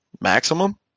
maximum